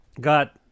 got